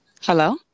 Hello